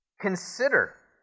Consider